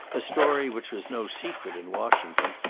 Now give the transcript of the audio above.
a story which was no secret in washington,